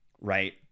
right